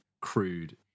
crude